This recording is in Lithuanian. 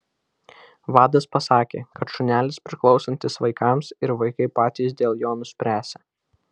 vadas pasakė kad šunelis priklausantis vaikams ir vaikai patys dėl jo nuspręsią